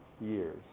years